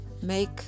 make